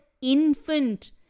infant